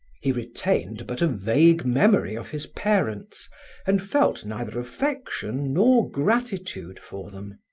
he retained but a vague memory of his parents and felt neither affection nor gratitude for them.